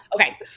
Okay